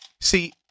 See